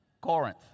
Corinth